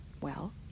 Well